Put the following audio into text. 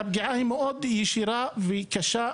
שהפגיעה היא מאוד ישירה וקשה,